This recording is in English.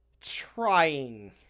trying